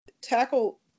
tackle